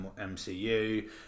MCU